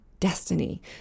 Destiny